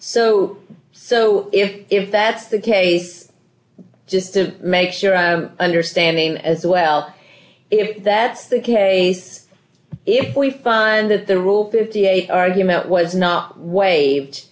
later so so if that's the case just to make sure our understanding as well if that's the case if we find that the rule fifty eight argument was not waived